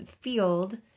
field